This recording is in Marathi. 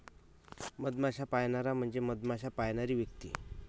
मधमाश्या पाळणारा म्हणजे मधमाश्या पाळणारी व्यक्ती